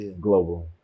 global